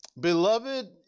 Beloved